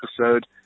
episode